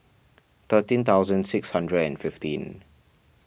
thirteen thousand six hundred and fifteen